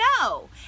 no